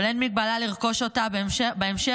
-- אבל אין מגבלה לרכוש אותה בהמשך,